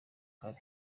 kare